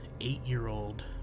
eight-year-old